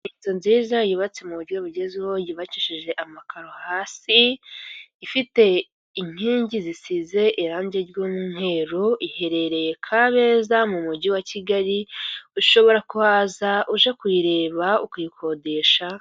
Inzu nziza yubatse mu buryo bugezweho, yubakishije amakaro hasi, ifite inkinge zisize irangi ry'umweru, iherereye Kabeza mu mujyi wa Kigali, ushobora kuhaza uje kuyireba ukayikodesha.